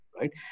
right